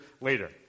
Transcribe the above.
later